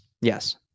Yes